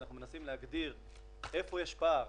כשאנחנו מנסים להגדיר איפה יש פער,